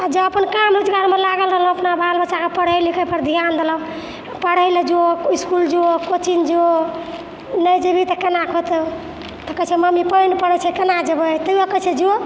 आ जे अपन काम रोजगारमे लागल रहलहुॅं अपना बाल बच्चाके पढ़ै लिखै पर ध्यान देलहुॅं पढ़ैले जो इसकुल जो कोचिङ्ग जो नहि जेबही तऽ केनाके हेतौ तऽ कहै छै मम्मी पानि पड़ै छै केना जेबै तय्यौ कहै छियै जो